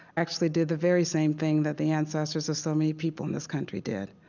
actually did the very same thing that the ancestors of so many people in this country did.